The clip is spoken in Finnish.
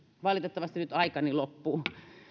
valitettavasti nyt aikani loppuu